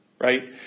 Right